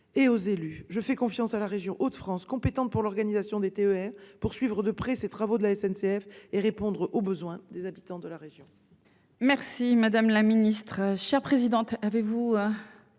et aux élus. Je fais confiance à la région Hauts-de-France, compétente pour l'organisation des TER, pour suivre de près ces travaux de la SNCF et répondre aux besoins des habitants de la région. La parole est à Mme Pascale Gruny,